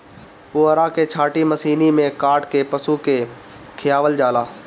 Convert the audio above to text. पुअरा के छाटी मशीनी में काट के पशु के खियावल जाला